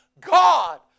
God